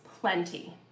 plenty